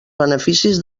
beneficis